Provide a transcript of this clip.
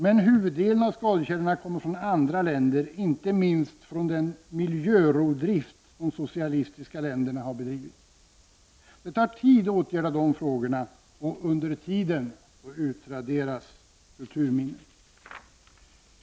Men huvuddelen av skadekällorna kommer från andra länder, inte minst från den miljörovdrift som de socialistiska länderna har gjort sig skyldiga till. Det tar tid att åtgärda allt detta, och under tiden utraderas kulturminnen.